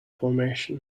formation